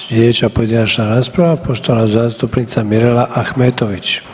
Sljedeća pojedinačna rasprava poštovana zastupnica Mirela Ahmetović.